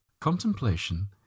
contemplation